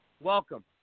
Welcome